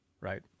right